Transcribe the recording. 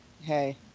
Hey